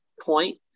point